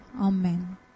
Amen